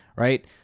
Right